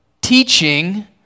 teaching